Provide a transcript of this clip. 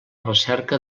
recerca